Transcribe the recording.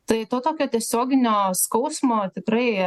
tai to tokio tiesioginio skausmo tikrai